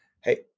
Hey